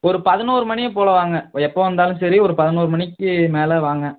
ஒரு பதினொரு மணியைப் போல் வாங்க ஒரு எப்போ வந்தாலும் சரி ஒரு பதினொரு மணிக்கு மேலே வாங்க